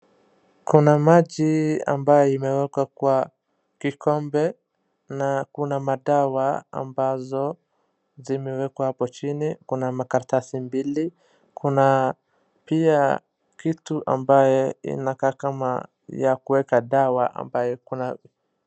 Kuna maji ambayo imewekwa kwa kikombe na kuna madawa ambazo zimewekwa hapo chini, kuna makaratasi mbili, kuna pia kitu ambaye inakaa kama ya kuweka dawa ambaye kuna ..